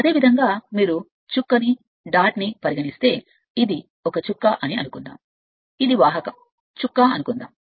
అదేవిధంగా మీరు ఒకదాన్ని తీసుకుంటే మీరు ఒక చుక్క అనుకుందాం అని అనుకుందాం ఇది వాహకం చుక్క అనుకుందాం